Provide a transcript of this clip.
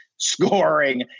scoring